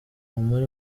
humura